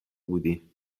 بودی